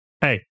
Hey